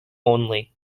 only